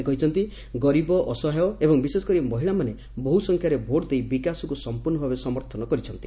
ସେ କହିଛନ୍ତି ଗରିବ ଅସହାୟ ଏବଂ ବିଶେଷକରି ମହିଳାମାନେ ବହୁ ସଂଖ୍ୟାରେ ଭୋଟ୍ ଦେଇ ବିକାଶକୁ ସମ୍ପର୍ଷଭାବେ ସମର୍ଥନ କରିଛନ୍ତି